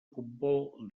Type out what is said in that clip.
futbol